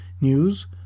news